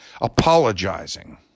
apologizing